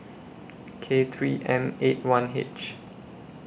K three M eight one H